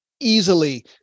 easily